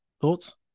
Thoughts